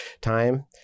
time